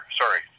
sorry